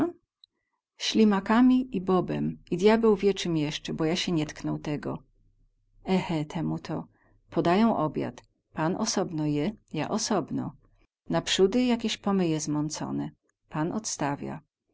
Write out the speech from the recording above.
ślimakami i bobem i diabeł wie cem jesce bo ja sie nie tknął tego ehę temu to podają obiad pan osobno je ja osobno naprzódy jakieś pomyje zmącone pan odstawia